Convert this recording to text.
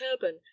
turban